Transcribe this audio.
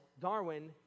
Darwin